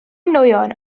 nwyon